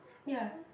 ya